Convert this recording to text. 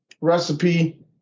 recipe